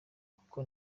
kuko